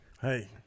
Hey